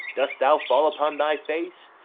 dost thou fall upon thy face?